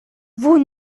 vous